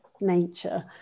nature